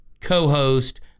co-host